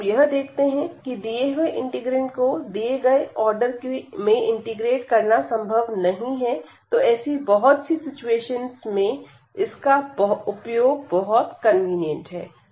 जब हम यह देखते हैं कि दिए हुए इंटीग्रैंड को दिए गए आर्डर में इंटीग्रेट करना संभव नहीं है तो ऐसी बहुत सी सिचुएशंस में इसका उपयोग बहुत कन्वीनियंट है